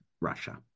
Russia